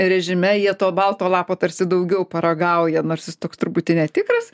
režime jie to balto lapo tarsi daugiau paragauja nors jis toks truputį netikras